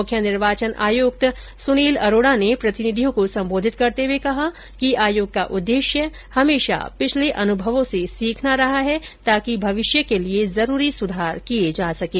मुख्य निर्वाचन आयुक्त सुनील अरोड़ा ने प्रतिनिधियों को संबोधित करते हुए कहा कि आयोग का उद्देश्य हमेशा पिछले अनुभवों से सीखना रहा है ताकि भविष्य के लिए जरूरी सुधार किये जा सकें